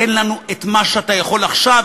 תן לנו את מה שאתה יכול עכשיו,